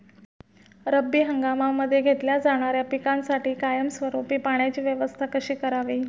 रब्बी हंगामामध्ये घेतल्या जाणाऱ्या पिकांसाठी कायमस्वरूपी पाण्याची व्यवस्था कशी करावी?